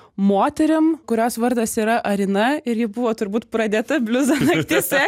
moterim kurios vardas yra arina ir ji buvo turbūt pradėta bliuzo naktyse